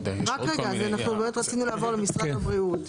אנחנו באמת רצינו לעבור למשרד הבריאות,